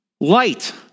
light